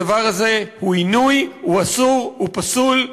הדבר הזה הוא עינוי, הוא אסור, הוא פסול,